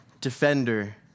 defender